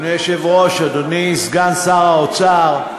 אדוני היושב-ראש, אדוני סגן שר האוצר,